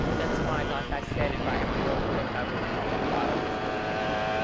that's why, like i said, if i ever wrote a book, i would call it wild is the wind.